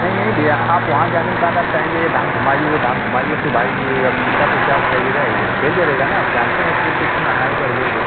नहीं नहीं भैया आप वहाँ जाने के बाद आप कहेंगे ये दाम घुमाई वो दाम घुमाई है तो भाई ये अब उसका तो चार्ज लगेगा ही अब तेल जलेगा न आप जानते हैं तेल की इतनी महँगाई बढ़ गई है